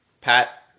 Pat